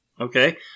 Okay